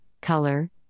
Color